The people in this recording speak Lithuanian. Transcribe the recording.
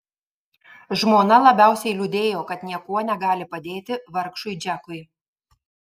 žmona labiausiai liūdėjo kad niekuo negali padėti vargšui džekui